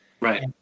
Right